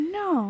no